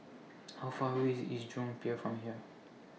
How Far away IS Jurong Pier from here